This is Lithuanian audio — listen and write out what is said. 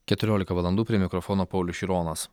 keturiolika valandų prie mikrofono paulius šironas